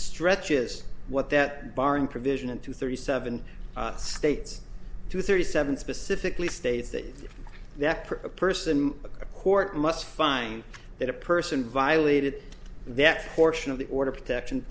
stretches what that bar in provision into thirty seven states to thirty seven specifically states that that per person a court must find that a person violated that portion of the order protection